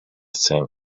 same